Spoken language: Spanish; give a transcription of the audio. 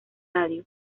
radio